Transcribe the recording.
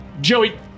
Joey